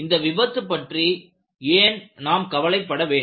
இந்த விபத்து பற்றி ஏன் நாம் கவலைப்பட வேண்டும்